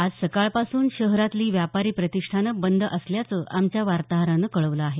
आज सकाळपासून शहरातली व्यापारी प्रतिष्ठानं बंद असल्याचं आमच्या वार्ताहरानं कळवलं आहे